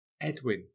Edwin